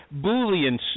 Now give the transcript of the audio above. Boolean